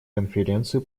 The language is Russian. конференцию